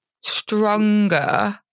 stronger